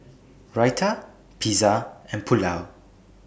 Raita Pizza and Pulao